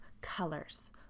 colors